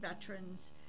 veterans